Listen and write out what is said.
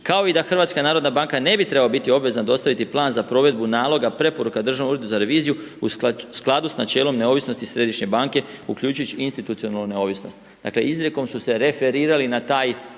kao i da HNB ne bi trebala biti obvezna dostaviti plan za provedbu naloga preporuka Državnom uredu za reviziju u skladu sa načelom neovisnosti Središnje banke uključujući institucionalnu neovisnost. Dakle izrijekom su se referirali na taj